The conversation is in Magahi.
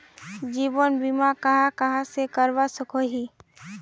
जीवन बीमा कहाँ कहाँ से करवा सकोहो ही?